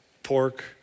pork